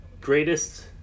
greatest